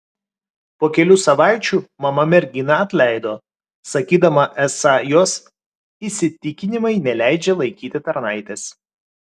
po kelių savaičių mama merginą atleido sakydama esą jos įsitikinimai neleidžią laikyti tarnaitės